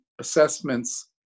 assessments